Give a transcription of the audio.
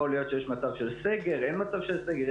יכול להיות שיש מצב של סגר, אין מצב של סגר.